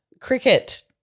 cricket